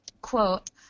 quote